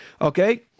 Okay